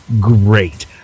great